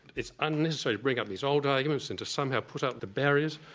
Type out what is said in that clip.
it's unnecessary to bring up these old arguments and to somehow put up the barriers.